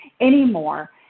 anymore